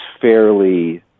fairly